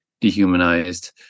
dehumanized